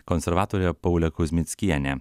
konservatorė paulė kuzmickienė